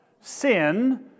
Sin